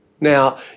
Now